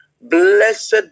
Blessed